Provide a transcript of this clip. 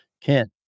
kent